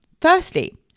Firstly